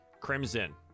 Crimson